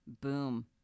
Boom